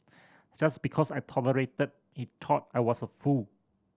just because I tolerated he thought I was a fool